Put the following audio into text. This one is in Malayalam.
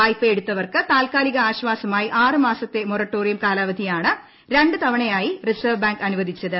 വായ്പയെടുത്തവർക്ക് താൽക്കാലിക ആശ്വാസ മായി ആറ് മാസത്തെ മൊറട്ടോറിയം കാലാവധിയാണ് രണ്ട് തവണയായി റിസർവ്വ് ബാങ്ക് അനുവദിച്ചത്